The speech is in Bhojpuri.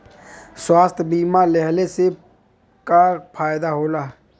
स्वास्थ्य बीमा लेहले से का फायदा होला?